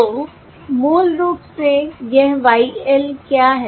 तो मूल रूप से यह Y l क्या है